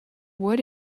what